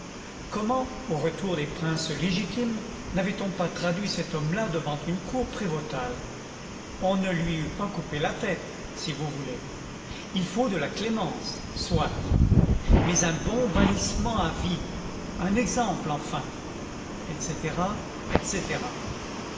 comment au retour des princes légitimes navait on pas traduit cet homme-là devant une cour prévôtale on ne lui eût pas coupé la tête si vous voulez il faut de la clémence soit mais un bon bannissement à vie un exemple enfin etc etc